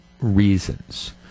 reasons